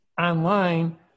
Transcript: Online